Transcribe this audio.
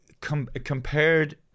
compared